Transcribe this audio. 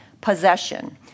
possession